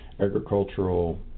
agricultural